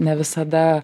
ne visada